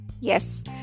yes